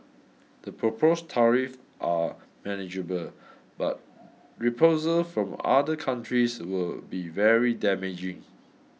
the proposed tariffs are manageable but reprisals from other countries would be very damaging